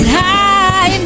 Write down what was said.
high